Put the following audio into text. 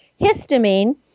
histamine